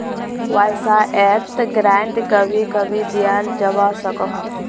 वाय्सायेत ग्रांट कभी कभी दियाल जवा सकोह